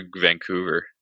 Vancouver